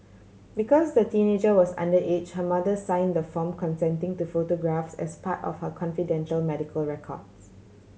because the teenager was underage her mother signed the form consenting to photographs as part of her confidential medical records